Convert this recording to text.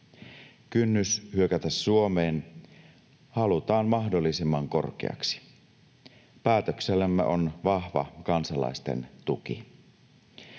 Kynnys hyökätä Suomeen halutaan mahdollisimman korkeaksi. Päätöksellämme on vahva kansalaisten tuki.